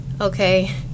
okay